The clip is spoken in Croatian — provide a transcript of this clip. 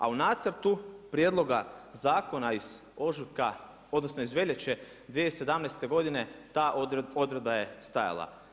A u Nacrtu prijedloga zakona iz ožujka, odnosno iz veljače 2017. godine ta odredba je stajala.